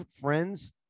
friends